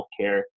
healthcare